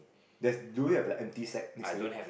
there's do we have like empty sack next to it